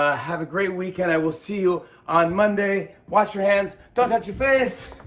ah have a great weekend. i will see you on monday. wash your hands. don't touch your face!